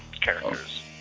characters